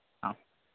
ஆ